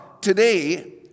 today